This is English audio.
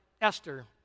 Esther